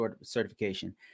certification